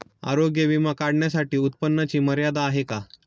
आरोग्य विमा काढण्यासाठी उत्पन्नाची मर्यादा आहे का?